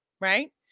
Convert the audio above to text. right